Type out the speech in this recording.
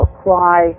apply